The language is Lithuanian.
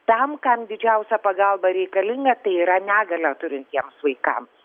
tam kam didžiausia pagalba reikalinga tai yra negalią turintiems vaikams